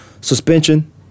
suspension